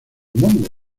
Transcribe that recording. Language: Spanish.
mundo